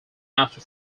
after